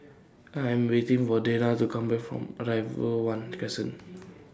I Am waiting For Danna to Come Back from Arrival one Crescent